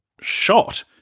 shot